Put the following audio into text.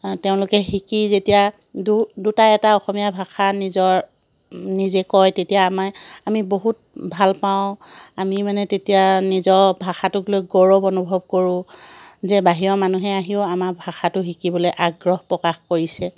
তেওঁলোকে শিকি যেতিয়া দু দুটা এটা অসমীয়া ভাষা নিজৰ নিজে কয় তেতিয়া আমাৰ আমি বহুত ভাল পাওঁ আমি মানে তেতিয়া নিজৰ ভাষাটোক লৈ গৌৰৱ অনুভৱ কৰোঁ যে বাহিৰৰ মানুহে আহিও আমাৰ ভাষটো শিকিবলৈ আগ্ৰহ প্ৰকাশ কৰিছে